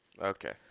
Okay